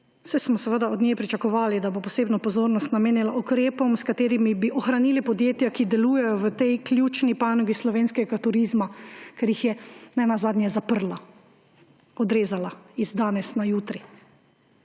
saj smo seveda od nje pričakovali, da bo posebno pozornost namenila ukrepom, s katerimi bi ohranili podjetja, ki delujejo v tej ključni panogi slovenskega turizma, ker jih je nenazadnje zaprla, odrezala z danes na jutri.